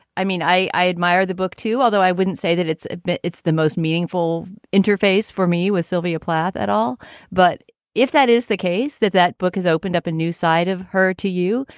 i mean, i i admire the book, too, although i wouldn't say that it's. it's the most meaningful interface for me with sylvia plath at all but if that is the case, that that book has opened up a new side of her to you,